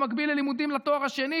במקביל ללימודים לתואר השני,